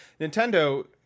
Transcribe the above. Nintendo